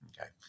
Okay